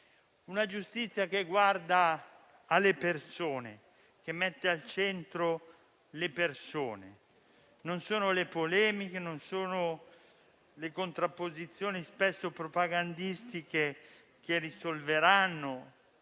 una giustizia che guarda alle persone e le mette al centro. Non sono le polemiche o le contrapposizioni spesso propagandistiche che risolveranno